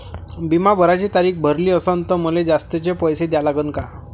बिमा भराची तारीख भरली असनं त मले जास्तचे पैसे द्या लागन का?